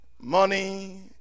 Money